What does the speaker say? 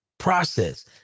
process